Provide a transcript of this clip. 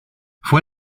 fue